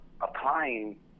applying